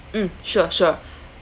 mm sure sure